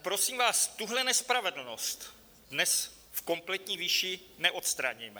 Prosím vás, tuhle nespravedlnost dnes v kompletní výši neodstraníme.